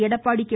Edappadi K